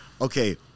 Okay